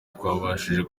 twabashije